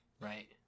right